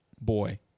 boy